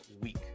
week